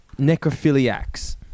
necrophiliacs